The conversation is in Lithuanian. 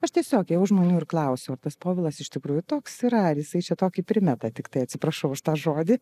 aš tiesiog ėjau žmonių ir klausiau ar tas povilas iš tikrųjų toks yra ar jisai čia tokį primeta tiktai atsiprašau už tą žodį